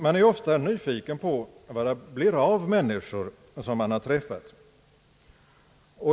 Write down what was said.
Man är ofta nyfiken på vad det blir av människor som man har träffat.